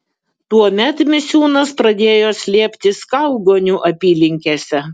tuomet misiūnas pradėjo slėptis kaugonių apylinkėse